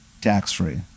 Tax-free